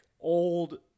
old